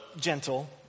gentle